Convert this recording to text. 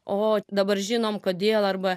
o dabar žinom kodėl arba